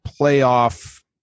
playoff